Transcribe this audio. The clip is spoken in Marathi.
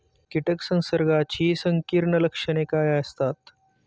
कीटक संसर्गाची संकीर्ण लक्षणे काय असतात?